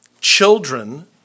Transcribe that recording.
children